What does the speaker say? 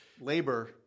labor